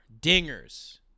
Dingers